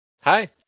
Hi